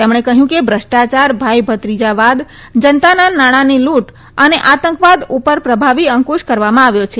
તેમણે કહ્યું કે ભ્રષ્ટાયાર ભાઈ ભત્રીજાવાદ જનતાના નાણાંની લુંટ અને આતંકવાદ ઉપર પ્રભાવી અંકુશ કરવામાં આવ્યો છે